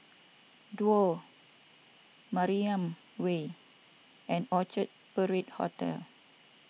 Duo Mariam Way and Orchard Parade Hotel